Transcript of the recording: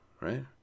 right